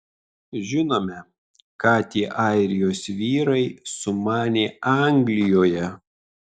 žinome ką tie airijos vyrai sumanė anglijoje